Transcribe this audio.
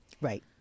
Right